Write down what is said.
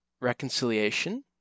reconciliation